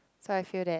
so I feel that